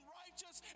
righteous